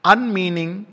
Unmeaning